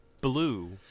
blue